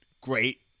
great